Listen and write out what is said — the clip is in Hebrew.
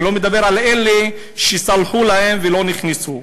אני לא מדבר על אלה שסלחו להם ולא נכנסו: